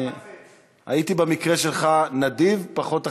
הייתי במקרה שלך נדיב, פחות אכזר.